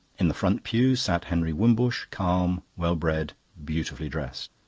in the front pew sat henry wimbush, calm, well-bred, beautifully dressed.